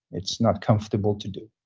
it's not comfortable to do.